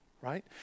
right